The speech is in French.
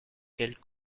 quelle